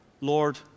Lord